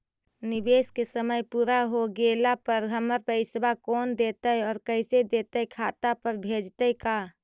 निवेश के समय पुरा हो गेला पर हमर पैसबा कोन देतै और कैसे देतै खाता पर भेजतै का?